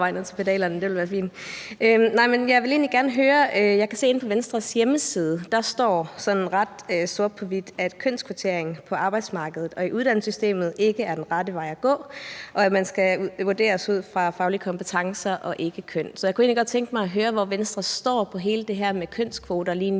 inde på Venstres hjemmeside, at der sådan ret sort på hvidt står, at kønskvotering på arbejdsmarkedet og i uddannelsessystemet ikke er den rette vej at gå, og at man skal vurderes ud fra faglige kompetencer og ikke køn. Så jeg kunne egentlig godt tænke mig at høre, hvor Venstre lige nu står i forhold til hele det her med kønskvoter i